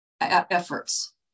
efforts